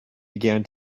began